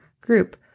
group